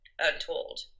untold